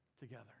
together